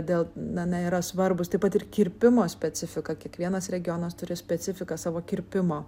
dėl na na yra svarbūs taip pat ir kirpimo specifika kiekvienas regionas turi specifiką savo kirpimo